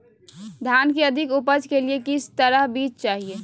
धान की अधिक उपज के लिए किस तरह बीज चाहिए?